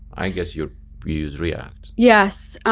i guess you use react. yes,